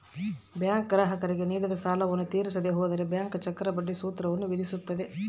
bank ಗ್ರಾಹಕರಿಗೆ ನೀಡಿದ ಸಾಲವನ್ನು ತೀರಿಸದೆ ಹೋದರೆ ಬ್ಯಾಂಕ್ ಚಕ್ರಬಡ್ಡಿ ಸೂತ್ರವನ್ನು ವಿಧಿಸುತ್ತದೆ